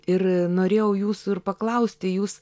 ir norėjau jūsų ir paklausti jūs